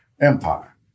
Empire